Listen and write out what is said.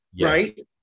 right